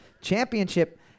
Championship